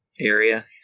area